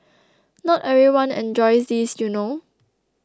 not everyone enjoys this you know